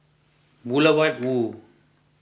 Boulevard Vue